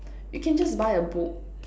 you can just buy a book